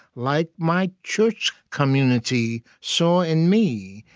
like my church community saw in me,